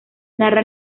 narra